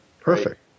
Perfect